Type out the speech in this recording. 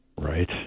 Right